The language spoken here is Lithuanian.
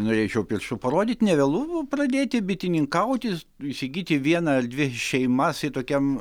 norėčiau pirštu parodyt ne vėlu pradėti bitininkauti įsigyti vieną ar dvi šeimas tokiam